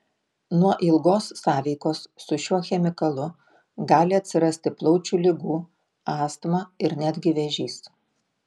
nuo ilgos sąveikos su šiuo chemikalu gali atsirasti plaučių ligų astma ir netgi vėžys